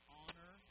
honor